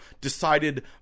decided